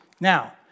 Now